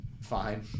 fine